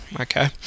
Okay